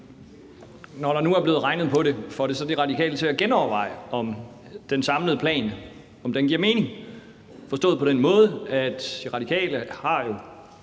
Når der nu er blevet regnet på det, får det så De Radikale til at genoverveje, om den samlede plan giver mening forstået på den måde, at De Radikale jo